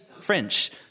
French